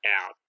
out